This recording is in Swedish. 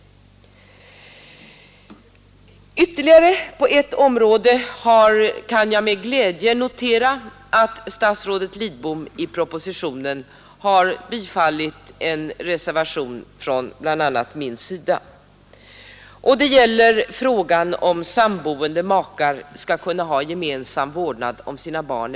På ytterligare ett område kan jag med glädje notera att statsrådet Lidbom i propositionen har bifallit en reservation från bl.a. min sida. Det gäller frågan, om samboende föräldrar skall kunna ha gemensam vårdnad om sina barn.